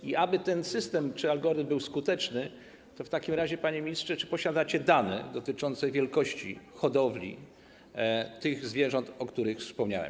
I aby ten system czy algorytm był skuteczny, to w takim razie, panie ministrze, czy posiadacie dane dotyczące wielkości hodowli tych zwierząt, o których wspomniałem?